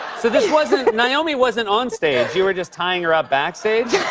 so this wasn't naomi wasn't on stage. you were just tying her up backstage?